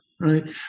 right